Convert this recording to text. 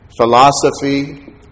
philosophy